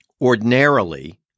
Ordinarily